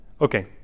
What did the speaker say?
Okay